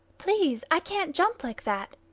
please, i can't jump like that.